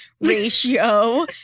ratio